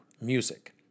music